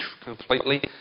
completely